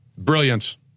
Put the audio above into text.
Brilliance